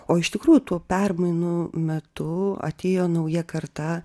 o iš tikrųjų tų permainų metu atėjo nauja karta